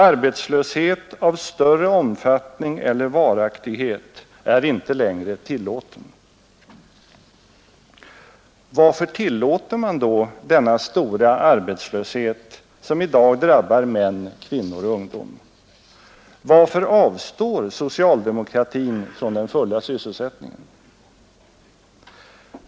Arbetslöshet av större omfattning eller varaktighet är inte längre tillåten.” Varför tillåter man då denna stora arbetslöshet som i dag drabbar män, kvinnor och ungdom? Varför avstår socialdemokratin från den fulla sysselsättningen?